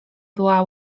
była